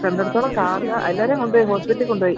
കണ്ടിടത്തോളം കാറുകാരേ എല്ലാവരേയും കൊണ്ടുപോയി ഹോസ്പിറ്റലിൽ കൊണ്ടുപോയി